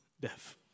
death